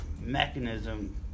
mechanism